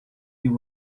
you